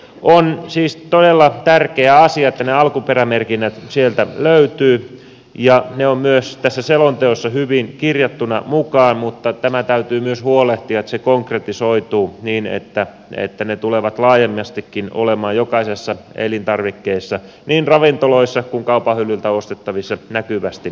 on siis todella tärkeä asia että ne alkuperämerkinnät sieltä löytyvät ja ne on myös tässä selonteossa hyvin kirjattu mukaan mutta tämä täytyy myös huolehtia että se konkretisoituu niin että ne tulevat laajemmastikin olemaan jokaisessa elintarvikkeessa niin ravintoloissa kuin myös kaupan hyllyltä ostettavissa näkyvästi esillä